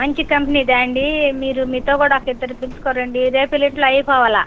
మంచి కంపెనీ త్యాండి మీరు మీతో కూడా ఒక ఇద్దరి పిలుచుకు రండి రేపు ఎళ్ళుండిలో అయిపోవాలి